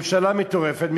ממשלה מטורפת,